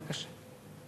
בבקשה.